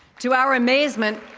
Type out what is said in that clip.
to our amazement,